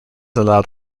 allowed